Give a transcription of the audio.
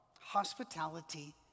hospitality